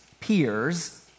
peers